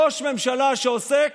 ראש ממשלה שעוסק